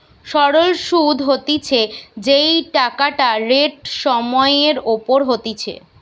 সরল সুধ হতিছে যেই টাকাটা রেট সময় এর ওপর হতিছে